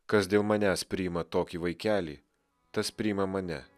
kas dėl manęs priima tokį vaikelį tas priima mane